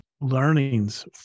learnings